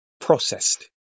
processed